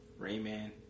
Rayman